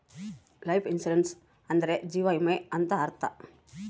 life insurance ಅಂದ್ರೆ ಜೀವ ವಿಮೆ ಅಂತ ಅರ್ಥ